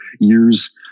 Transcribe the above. years